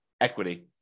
equity